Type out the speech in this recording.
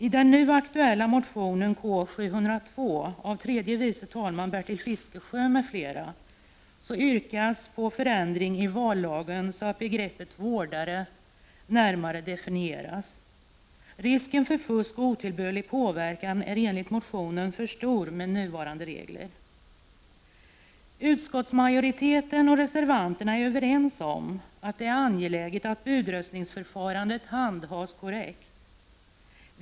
I den nu aktuella motionen K702 av tredje vice talman Bertil Fiskesjö m.fl. yrkas på förändring i vallagen, så att begreppet vårdare närmare definieras. Risken för fusk och otillbörlig påverkan är enligt motionen för stor med nuvarande regler. Utskottsmajoriteten och reservanterna är överens om att det är angeläget att budröstningsförfarandet handhas korrekt.